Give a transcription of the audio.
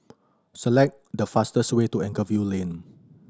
select the fastest way to Anchorvale Lane